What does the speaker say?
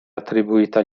attribuita